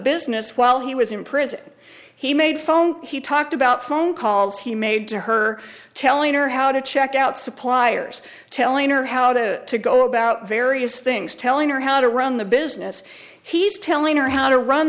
business while he was in prison he made phone he talked about phone calls he made to her telling her how to check out suppliers telling her how to go about various things telling her how to run the business he's telling her how to run